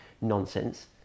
nonsense